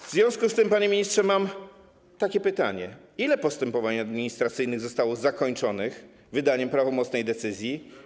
W związku z tym, panie ministrze, mam takie pytanie: Ile postępowań administracyjnych zostało zakończonych wydaniem prawomocnej decyzji?